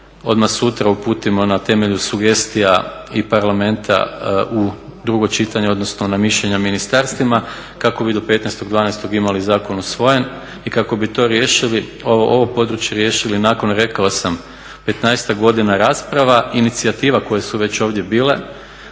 odmah sutra uputimo na temelju sugestija i Parlamenta u drugo čitanje, odnosno na mišljenja ministarstvima kako bi do 15.12. imali zakon usvojen i kako bi to riješili, ovo područje riješili nakon rekao sam petnaestak godina rasprava. Inicijative koju su već ovdje bile,